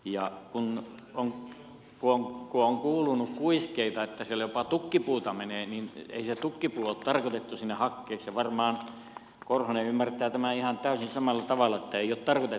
ja kun on kuulunut kuiskeita että siellä jopa tukkipuuta menee niin ei se tukkipuu ole tarkoitettu sinne hakkeeksi ja varmaan korhonen ymmärtää tämän ihan täysin samalla tavalla että ei ole tarkoitettukaan näin